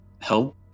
help